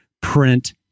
print